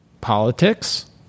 politics